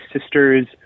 sister's